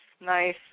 nice